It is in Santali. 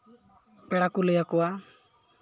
ᱯᱮᱲᱟ ᱠᱚ ᱞᱟᱹᱭᱟᱠᱚᱣᱟ